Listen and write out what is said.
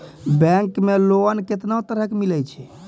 Bank मे loan कैतना तरह के मिलै छै?